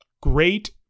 great